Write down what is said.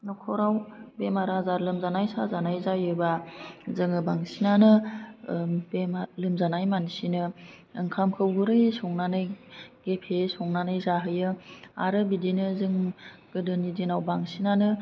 न'खराव बेमार आजार लोमजानाय साजानाय जायोबा जोङो बांसिनानो बेमार लोमजानाय मानसिनो ओंखामखौ गुरै संनानै गेफे संनानै जाहोयो आरो बिदिनो जों गोदोनि दिनाव बांसिनानो